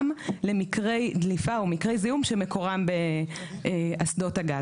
למקרי דליפה או מקרי זיהום שמקורם באסדות הגז.